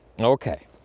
okay